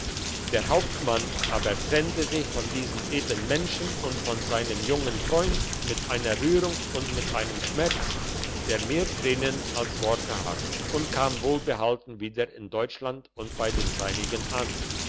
der hauptmann aber trennte sich von diesen edeln menschen und von seinem jungen freund mit einer rührung und mit einem schmerz der mehr tränen als worte hat und kam wohlbehalten wieder in deutschland und bei den seinigen an